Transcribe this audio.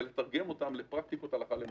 ולתרגם אותן לפרקטיקות הלכה למעשה.